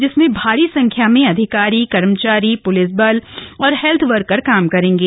जिसमें भारी संख्या में अधिकारी कर्मचारी प्लिस बल और हेल्थ वर्कर काम करेंगे